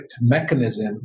mechanism